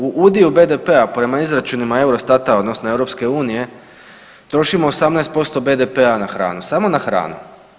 U udio BDP-a prema izračunima EUROSTAT-a odnosno EU trošimo 18% BDP-a na hranu, samo na hranu.